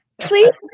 Please